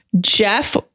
Jeff